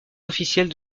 officiels